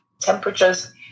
temperatures